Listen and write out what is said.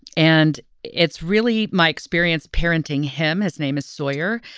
and it's really my experience parenting him. his name is sawyer.